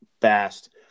fast